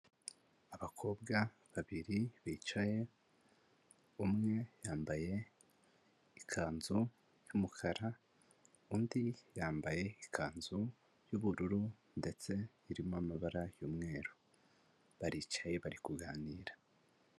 Abakobwa babiri bicaye umwe yambaye ikanzu y'umukara, undi yambaye ikanzu y'ubururu ndetse irimo amabara y'umweru, baricaye bari kuganira.